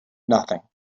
nothing